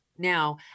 Now